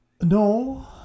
No